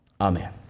Amen